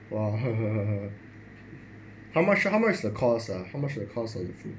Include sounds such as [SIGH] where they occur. !wah! [LAUGHS] how much ah how much the cost ah how much of cost ah if you